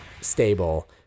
stable